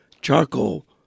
charcoal